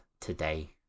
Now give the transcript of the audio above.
today